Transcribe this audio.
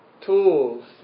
tools